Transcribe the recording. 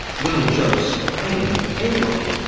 little joe sprang at him angrily,